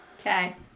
Okay